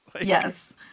yes